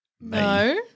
No